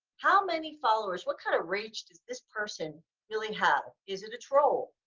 how many followers, what kind of reach does this person really have? is it a troll?